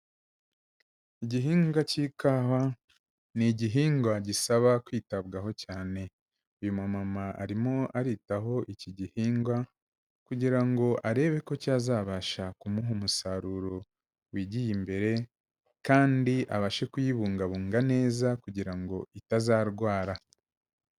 Igihingwa k'ikawa ni igihingwa gisaba kwitabwaho cyane. Uyu mumama arimo aritaho iki gihingwa kugira ngo arebe ko cyazabasha kumuha umusaruro wigiye imbere kandi abashe kuyibungabunga neza kugira ngo itazarwara.